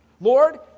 Lord